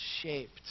shaped